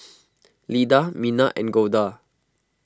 Lida Mina and Golda